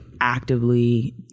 actively